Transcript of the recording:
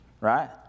right